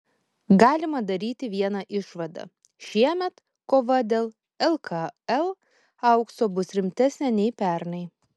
galima daryti vieną išvadą šiemet kova dėl lkl aukso bus rimtesnė nei pernai